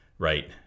Right